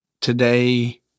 today